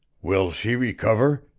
will she recover?